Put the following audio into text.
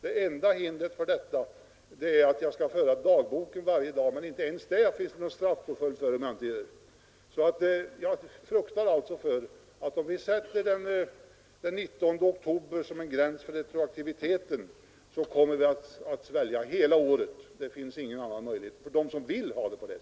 Det enda hindret är att man skall föra dagbok varje dag, men gör man inte det finns det ingen straffpåföljd ens för den saken. Jag fruktar alltså att om vi sätter den 19 oktober som gräns för retroaktiviteten så kommer vi att svälja hela året för dem som vill ha det på det sättet — det finns ingen annan möjlighet.